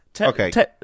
Okay